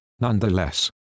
nonetheless